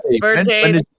birthday